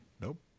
Nope